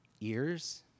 ears